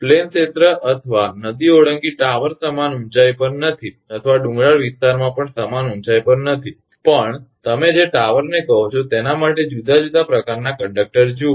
plane ક્ષેત્રમાં અથવા નદી ઓળંગી ટાવર સમાન ઊંચાઇ પર નથી અથવા ડુંગરાળ વિસ્તારમાં પણ સમાન ઊંચાઇ પર નથી પણ તમે જે ટાવરને કહો છો તેના માટે જુદા જુદા પ્રકારનાં કંડક્ટર જુઓ